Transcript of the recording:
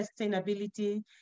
Sustainability